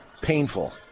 painful